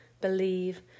believe